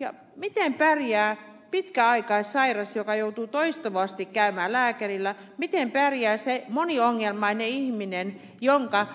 ja miten pärjää pitkäaikaissairas joka joutuu toistuvasti käymään lääkärillä miten pärjää se moniongelmainen ihminen jonka